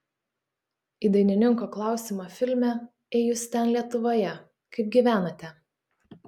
į dainininko klausimą filme ei jūs ten lietuvoje kaip gyvenate